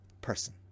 person